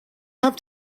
have